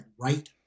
right